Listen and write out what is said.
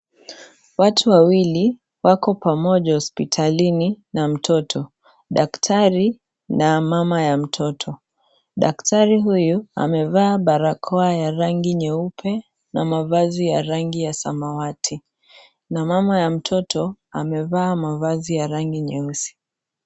Watu wawili, wako pamoja hospitalini na mtoto. Daktari na mama ya mtoto. Daktari huyu, amevaa barakoa ya rangi nyeupe na mavazi ya rangi ya samawati na mama ya mtoto, amevaa mavazi ya rangi nyeusi.